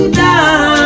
down